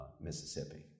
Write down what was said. Mississippi